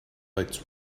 lights